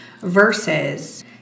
versus